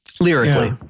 lyrically